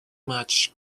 much